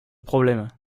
problème